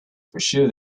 pursue